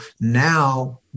Now